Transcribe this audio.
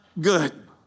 good